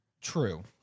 True